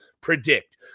Predict